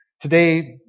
Today